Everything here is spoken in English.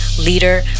leader